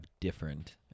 different